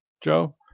Joe